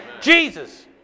Jesus